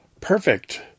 perfect